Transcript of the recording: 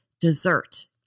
dessert